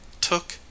TOOK